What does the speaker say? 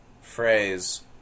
phrase